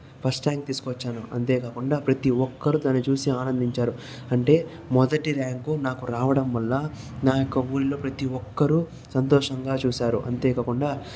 first rank తీసుకొచ్చాను అంతే కాకుండా ప్రతి ఒక్కరు దాన్ని చూసి ఆనందించారు అంటే మొదటి ర్యాంక్ నాకు రావడం వల్ల నా యొక్క ఊళ్ళో ప్రతి ఒక్కరు సంతోషంగా చూశారు అంతే కాకుండా